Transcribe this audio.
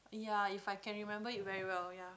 ya If I can remember it very well ya